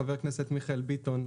חבר הכנסת מיכאל ביטון,